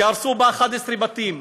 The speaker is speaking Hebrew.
שהרסו בה 11 בתים.